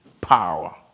power